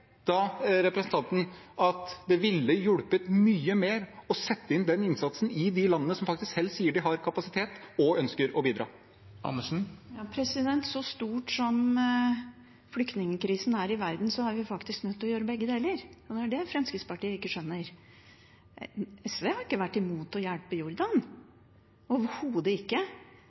da representanten at det ville hjulpet mye mer å sette inn den innsatsen i de landene som faktisk selv sier de har kapasitet, og ønsker å bidra? Så stor som flyktningkrisen er i verden, er vi faktisk nødt til å gjøre begge deler. Det er det Fremskrittspartiet ikke skjønner. SV har ikke vært imot å hjelpe Jordan, overhodet ikke,